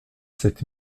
sept